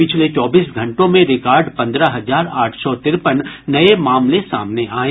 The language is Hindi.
पिछले चौबीस घंटों में रिकार्ड पन्द्रह हजार आठ सौ तिरपन नये मामले सामने आयें